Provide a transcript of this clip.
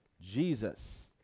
Jesus